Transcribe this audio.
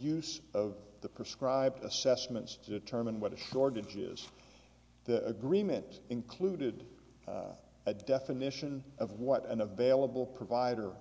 use of the prescribed assessments determine what a shortage is the agreement included a definition of what an available provider